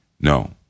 no